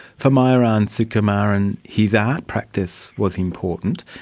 for myuran sukumaran, his art practice was important.